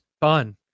fun